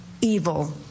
evil